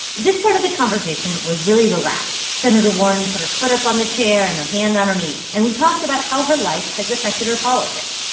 this part of the conversation was really relaxed. senator warren put her foot up on the chair and her hand on her knee. and we talked about how her life has affected her politics.